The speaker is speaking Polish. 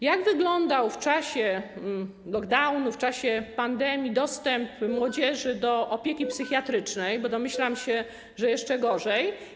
Jak wyglądał w czasie lockdownu, w czasie pandemii dostęp młodzieży do opieki psychiatrycznej, bo domyślam się, że jeszcze gorzej?